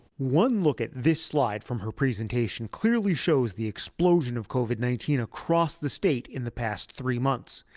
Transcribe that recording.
one look at this slide from her presentation clearly shows the explosion of covid nineteen across the state in the past three months.